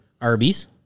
Arby's